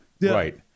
Right